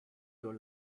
your